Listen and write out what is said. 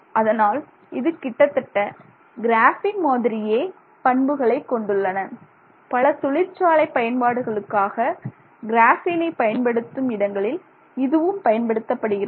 அதனால் இது கிட்டத்தட்ட கிராஃபீன் மாதிரியே பண்புகளை கொண்டுள்ளதால் பல தொழிற்சாலை பயன்பாடுகளுக்காக கிராஃபீனை பயன்படுத்தும் இடங்களில் இதுவும் பயன்படுத்தப்படுகிறது